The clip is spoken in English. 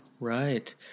Right